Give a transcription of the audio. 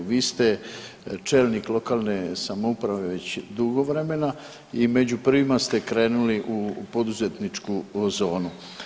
Vi ste čelnik lokalne samouprave već dugo vremena i među prvima ste krenuli u poduzetničku zonu.